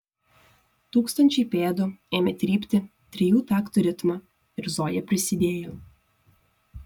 tūkstančiai pėdų ėmė trypti trijų taktų ritmą ir zoja prisidėjo